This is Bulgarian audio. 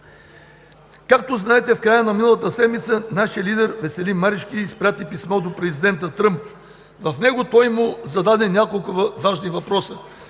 Както знаете, в края на миналата седмица нашият лидер Веселин Марешки изпрати писмо до президента Тръмп. В него той му зададе няколко важни въпроса,